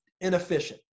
inefficient